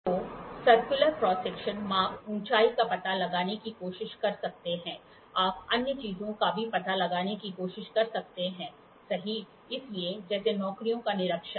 तो circular cross section आप ऊंचाई का पता लगाने की कोशिश कर सकते हैं आप अन्य चीजों का भी पता लगाने की कोशिश कर सकते हैं सही इसलिए जैसे नौकरियों का निरीक्षण